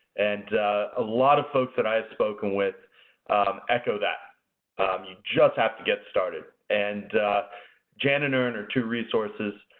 and a lot of folks that i have spoken with echo that. you just have to get started. and jan and earn are two resources